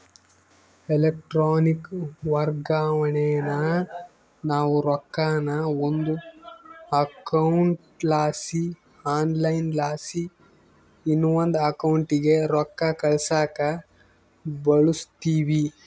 electronic ವರ್ಗಾವಣೇನಾ ನಾವು ರೊಕ್ಕಾನ ಒಂದು ಅಕೌಂಟ್ಲಾಸಿ ಆನ್ಲೈನ್ಲಾಸಿ ಇನವಂದ್ ಅಕೌಂಟಿಗೆ ರೊಕ್ಕ ಕಳ್ಸಾಕ ಬಳುಸ್ತೀವಿ